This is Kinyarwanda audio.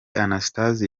anastase